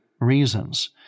reasons